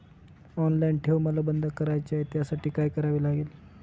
Online ठेव मला बंद करायची आहे, त्यासाठी काय करावे लागेल?